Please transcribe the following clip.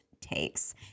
takes